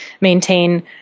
maintain